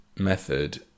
Method